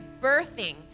birthing